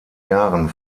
jahren